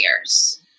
years